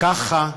ככה,